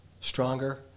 stronger